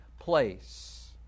place